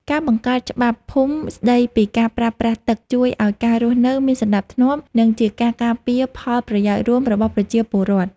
ការបង្កើតច្បាប់ភូមិស្តីពីការប្រើប្រាស់ទឹកជួយឱ្យការរស់នៅមានសណ្តាប់ធ្នាប់ និងជាការការពារផលប្រយោជន៍រួមរបស់ប្រជាពលរដ្ឋ។